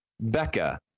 Becca